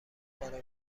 برای